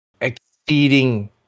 exceeding